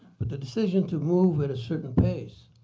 but the decision to move at a certain pace.